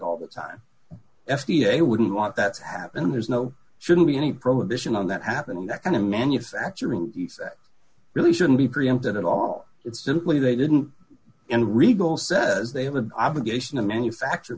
all the time f d a wouldn't want that's happened there's no shouldn't be any prohibition on that happening that kind of manufacturing really shouldn't be preempted at all it's simply they didn't and regal says they have an obligation to manufacture